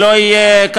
שלא יהיה,